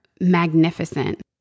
magnificent